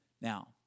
Now